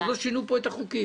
עוד לא שינו פה את החוקים.